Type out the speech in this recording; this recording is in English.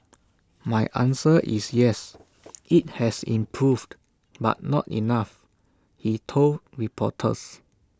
my answer is yes IT has improved but not enough he told reporters